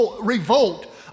revolt